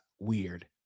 weird